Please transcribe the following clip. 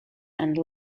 and